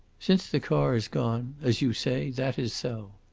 since the car is gone, as you say, that is so.